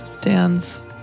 Dan's